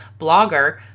blogger